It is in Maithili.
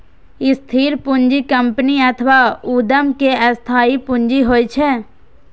स्थिर पूंजी कंपनी अथवा उद्यम के स्थायी पूंजी होइ छै